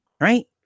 right